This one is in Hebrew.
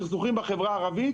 הסכסוכים בחברה הערבית,